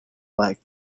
black